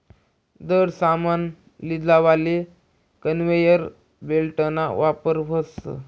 जड सामान लीजावाले कन्वेयर बेल्टना वापर व्हस